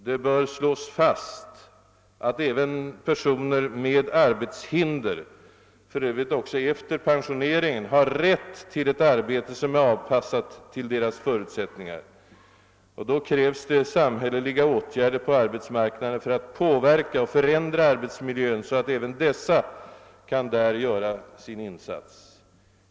Det bör slås fast att även personer med arbetshinder — för övrigt också efter pensioneringen — har rätt till ett arbete som är anpassat till deras förut sättningar. Då krävs det samhälleliga åtgärder på arbetsmarknaden för att påverka och förändra arbetsmiljön så att även dessa kan göra sin insats.